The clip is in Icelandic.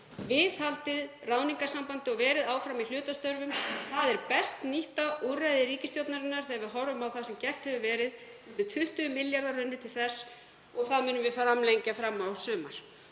viðhaldið ráðningarsambandi og verið áfram í hlutastörfum. Það er best nýtta úrræði ríkisstjórnarinnar þegar við horfum á það sem gert hefur verið. Um 20 milljarðar hafa runnið til þess og það munum við framlengja fram á sumar.